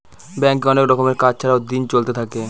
ব্যাঙ্কে অনেক রকমের কাজ ছাড়াও দিন চলতে থাকে